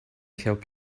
help